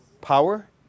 power